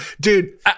Dude